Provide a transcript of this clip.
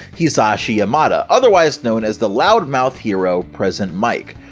hizashi yamada otherwise known as the loud mouth hero, present mic!